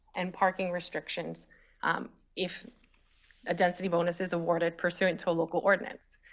and parking restrictions if a density bonus is awarded pursuant to a local ordinance.